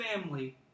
family